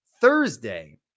Thursday